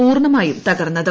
പൂർണമായും തകർന്നത്